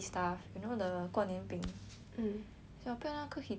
讲不要那个 heaty stuff 我会吐的